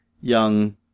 young